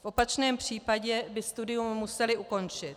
V opačném případě by studium museli ukončit.